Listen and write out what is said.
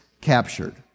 captured